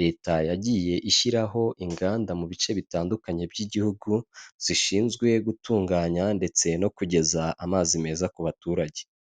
leta yagiye ishyiraho inganda mu bice bitandukanye by'igihugu zishinzwe gutunganya ndetse no kugeza amazi meza ku baturage.